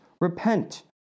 repent